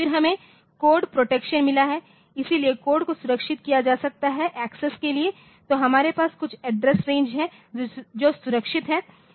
फिर हमें code protection मिला है इसलिए कोड को सुरक्षित किया जा सकता है एक्सेस के लिएतो हमारे पास कुछ एड्रेस रेंज है जो सुरक्षित है